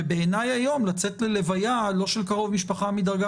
בעיניי היום לצאת להלוויה לא של קרוב משפחה מדרגה